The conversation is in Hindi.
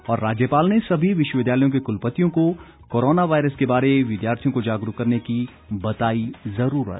और राज्यपाल ने सभी विश्वविद्यालयों के कुलपतियों को कोरोना वायरस के बारे विद्यार्थियों को जागरूक करने की बताई जरूरत